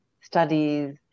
studies